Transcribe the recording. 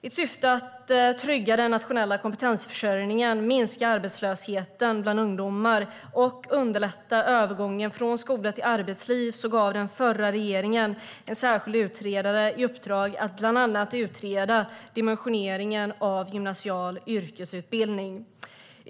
I syfte att trygga den nationella kompetensförsörjningen, minska arbetslösheten bland ungdomar och underlätta övergången från skola till arbetsliv gav den förra regeringen en särskild utredare i uppdrag att bland annat utreda dimensioneringen av gymnasial yrkesutbildning.